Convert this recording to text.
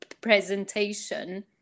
presentation